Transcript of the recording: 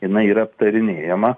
jinai yra aptarinėjama